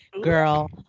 girl